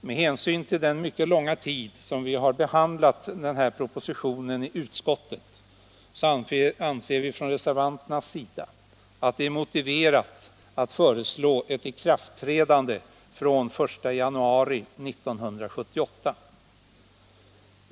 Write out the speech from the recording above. Med hänsyn till den mycket långa tid under vilken vi har behandlat den här propositionen i utskottet anser vi reservanter det motiverat att föreslå ett ikraftträdande från den 1 januari 1978.